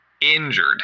injured